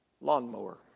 lawnmower